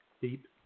Deep